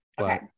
okay